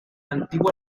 antigua